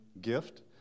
gift